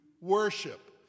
worship